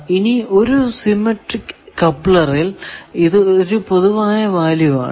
ഇനി ഒരു സിമെട്രിക് കപ്ലറിൽ ഇത് ഒരു പൊതുവായ വാല്യൂ ആണ്